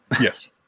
Yes